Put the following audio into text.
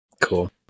Cool